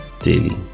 daily